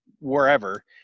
wherever